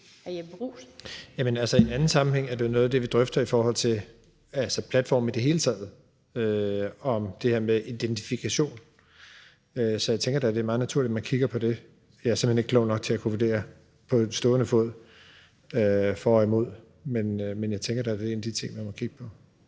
Jamen altså, i en anden sammenhæng er det jo noget af det, vi drøfter i forhold til platforme i det hele taget, altså det her omkring identifikation. Så jeg tænker da, at det er meget naturligt, at man kigger på det. Jeg er simpelt hen ikke klog nok til på stående fod at kunne vurdere for eller imod. Men jeg tænker da, at det er en af de ting, man må kigge på.